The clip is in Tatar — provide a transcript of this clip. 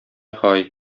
һай